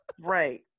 right